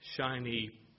shiny